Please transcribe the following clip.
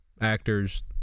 actors